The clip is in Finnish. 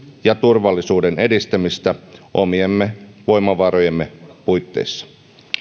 ja turvallisuuden edistämistä omien voimavarojemme puitteissa